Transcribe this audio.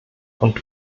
und